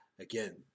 again